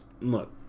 look